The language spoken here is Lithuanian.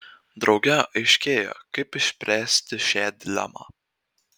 drauge aiškėja kaip išspręsti šią dilemą